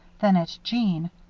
then at jeanne.